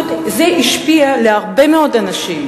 אבל זה השפיע על הרבה מאוד אנשים,